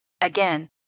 Again